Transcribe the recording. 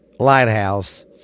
lighthouse